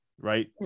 right